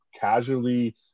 casually